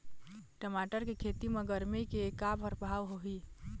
टमाटर के खेती म गरमी के का परभाव होही?